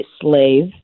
slave